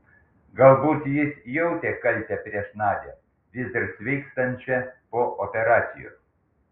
galbūt jis jautė kaltę prieš nadią vis dar sveikstančią po operacijos